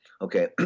Okay